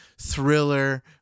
Thriller